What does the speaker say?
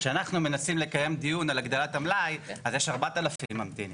כשאנחנו מנסים לקיים דיון על הגדלת המלאי אז יש 4,000 ממתינים,